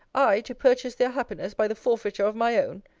i to purchase their happiness by the forfeiture of my own?